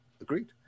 agreed